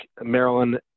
Maryland